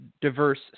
diverse